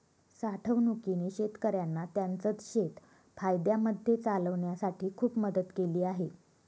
साठवणूकीने शेतकऱ्यांना त्यांचं शेत फायद्यामध्ये चालवण्यासाठी खूप मदत केली आहे